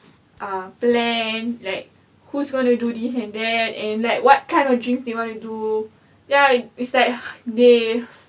uh plan like who's going to do this and that and like what kind of drinks do you want to do ya it's like they